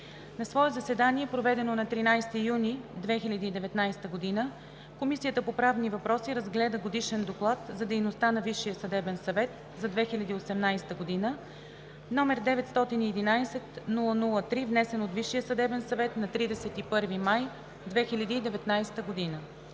На свое заседание, проведено на 13 юни 2019 г., Комисията по правни въпроси разгледа Годишен доклад за дейността на Висшия съдебен съвет за 2018 г., № 911-00-3, внесен от Висшия съдебен съвет на 31 май 2019 г.